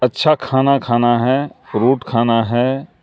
اچھا کھانا کھانا ہے فروٹ کھانا ہے